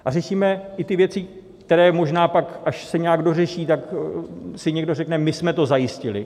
A řešíme i ty věci, které možná pak, až se nějak dořeší, tak si někdo řekne, my jsme to zajistili.